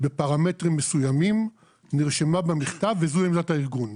בפרמטרים מסוימים נרשמה במכתב, וזו עמדת הארגון.